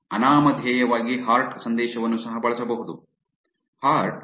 ಅನಾಮಧೇಯವಾಗಿ heart ಸಂದೇಶವನ್ನು ಸಹ ಬಳಸಬಹುದು ಉಲ್ಲೇಖಿತ ಸಮಯ 1002